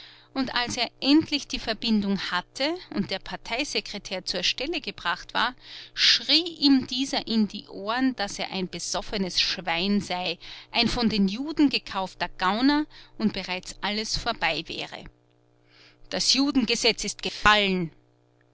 und als er endlich die verbindung hatte und der parteisekretär zur stelle gebracht war schrie ihm dieser in die ohren daß er ein besoffenes schwein sei ein von den juden gekaufter gauner und bereits alles vorbei wäre das judengesetz ist gefallen